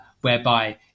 whereby